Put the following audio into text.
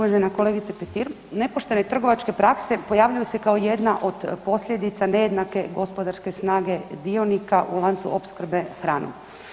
važena kolegice Petir, nepoštene trgovačke prakse pojavljuju se kao jedna od posljedice nejednake gospodarske snage dionika u lancu opskrbe hranom.